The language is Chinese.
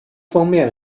封面